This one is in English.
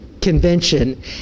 convention